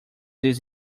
this